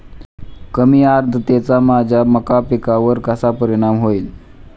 कमी आर्द्रतेचा माझ्या मका पिकावर कसा परिणाम होईल?